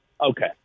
okay